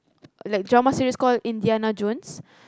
like drama series call Indiana-Jones